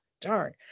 Darn